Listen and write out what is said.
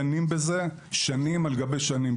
דנים בזה שנים על שנים.